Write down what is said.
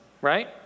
right